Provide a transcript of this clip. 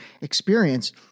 experience